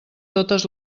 totes